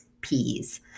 peas